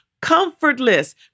comfortless